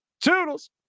Toodles